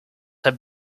have